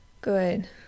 good